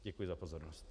Děkuji za pozornost.